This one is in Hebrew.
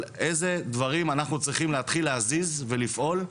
איזה דברים אנחנו צריכים להזיז ולפעול,